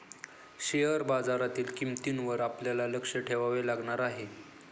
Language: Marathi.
शेअर बाजारातील किंमतींवर आपल्याला लक्ष ठेवावे लागणार आहे